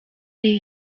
ari